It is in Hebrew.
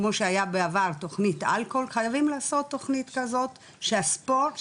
כמו שהיה בעבר תכנית על חייבים לעשות תכנית כזאת שהספורט,